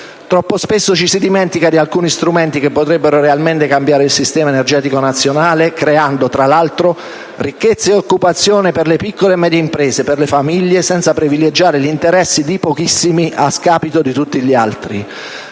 Troppo spesso ci si dimentica di alcuni strumenti che potrebbero realmente cambiare il sistema energetico nazionale, creando tra l'altro ricchezza e occupazione per le piccole e medie imprese e per le famiglie senza privilegiare gli interessi di pochissimi a scapito di tutti gli altri.